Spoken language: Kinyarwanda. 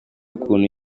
ukuntu